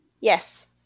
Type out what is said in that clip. Yes